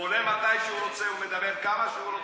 הוא עולה מתי שהוא רוצה, הוא מדבר כמה שהוא רוצה.